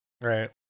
right